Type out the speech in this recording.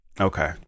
Okay